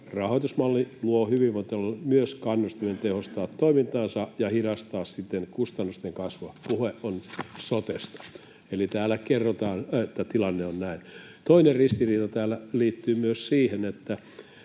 rahoitusmalli luo hyvinvointialueille myös kannustimen tehostaa toimintaansa ja hidastaa siten kustannusten kasvua”. Puhe on sotesta. Eli täällä kerrotaan, että tilanne on näin. Toinen ristiriita täällä liittyy myös siihen, että